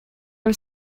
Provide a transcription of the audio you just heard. was